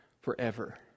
Forever